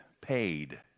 paid